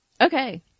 Okay